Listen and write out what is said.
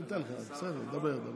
אני אתן לך, בסדר, דבר.